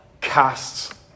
casts